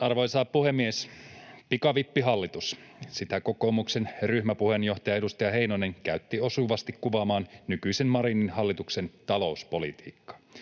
Arvoisa puhemies! Pikavippihallitus — sitä kokoomuksen ryhmäpuheenjohtaja, edustaja Heinonen käytti osuvasti kuvaamaan nykyisen Marinin hallituksen talouspolitiikkaa.